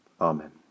Amen